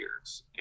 years